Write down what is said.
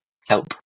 help